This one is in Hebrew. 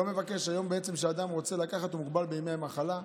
היום כשאדם רוצה לקחת, הוא מוגבל בימי מחלה.